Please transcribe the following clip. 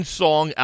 song